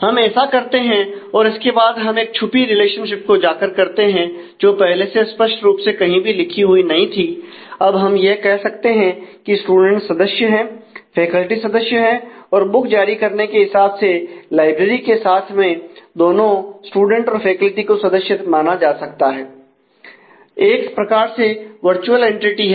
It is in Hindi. हम ऐसा करते हैं और इसके बाद हम एक छुपी रिलेशनशिप को जाकर करते हैं जो पहले स्पष्ट रूप से कहीं भी लिखी हुई नहीं थी अब हम यह कह सकते हैं कि स्टूडेंट्स सदस्य हैं फैकल्टी सदस्य हैं और बुक जारी करने के हिसाब से लाइब्रेरी के साथ में दोनों स्टूडेंट और फैकल्टी को सदस्य माना जा सकता है एक प्रकार से वर्चुअल एंटिटी